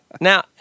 Now